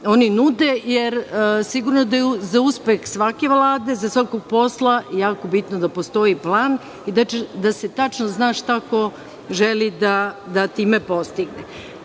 oni nude, jer sigurno da je za uspeh svake Vlade za svaki posao jako bitno da postoji plan i da se tačno zna šta neko želi da time postigne. Nakon